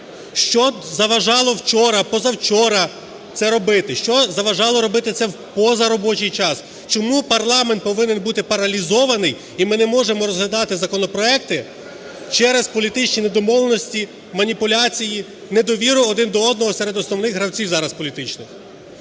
Що заважало вчора, позавчора це робити? Що заважало робити це в позаробочий час? Чому парламент повинен бути паралізований, і ми не можемо розглядати законопроекти через політичні недомовленості, маніпуляції, недовіри один до одного, серед основних гравців, зараз, політичних?